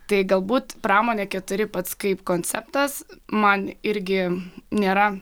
tai galbūt pramonė keturi pats kaip konceptas man irgi nėra